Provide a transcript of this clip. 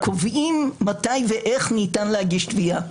הקובעים מתי ואיך ניתן להגיש תביעה.